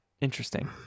Interesting